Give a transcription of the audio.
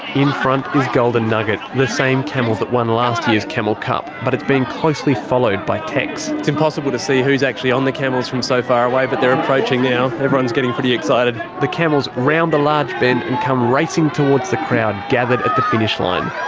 in front is golden nugget, the same camel that won last year's camel cup. but it's being closely followed by tex. it's impossible to see who's actually on the camels from so far away, but they're approaching now, everyone's getting pretty excited. the camels round the large bend and come racing towards the crowd gathered at the finish line.